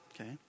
okay